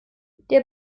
der